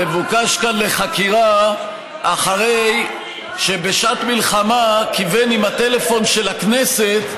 מבוקש לחקירה אחרי שבשעת מלחמה כיוון עם הטלפון של הכנסת,